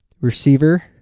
receiver